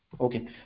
Okay